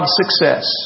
success